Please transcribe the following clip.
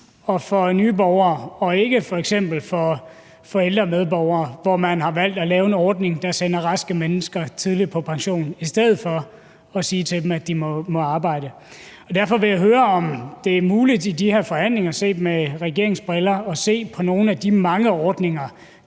og for nye borgere og ikke for f.eks. ældre medborgere, som man har valgt at lave en ordning for, der sender raske mennesker tidligt på pension, i stedet for at sige til dem, at de må arbejde. Derfor vil jeg høre, om det er muligt i de her forhandlinger set med regeringens briller at se på nogle af de mange ordninger,